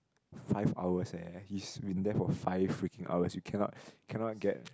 five hours eh he's been there for five freaking hours you cannot cannot get